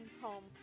home